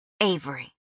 Avery